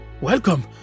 Welcome